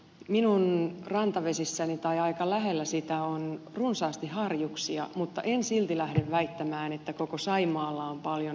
minun rantavesissäni tai aika lähellä niitä on runsaasti harjuksia mutta en silti lähde väittämään että koko saimaalla on paljon harjuksia